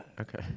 Okay